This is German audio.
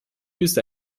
ist